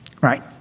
Right